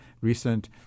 recent